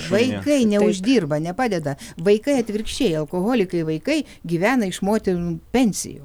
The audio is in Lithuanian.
vaikai neuždirba nepadeda vaikai atvirkščiai alkoholikai vaikai gyvena iš motinų pensijų